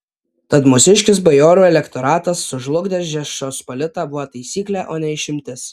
tad mūsiškis bajorų elektoratas sužlugdęs žečpospolitą buvo taisyklė o ne išimtis